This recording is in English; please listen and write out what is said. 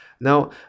Now